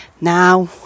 now